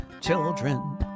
children